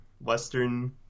Western